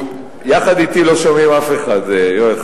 יחד אתי לא שומעים אף אחד, יואל.